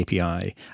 API